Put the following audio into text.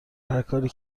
هرکاری